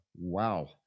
wow